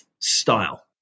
style